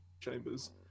chambers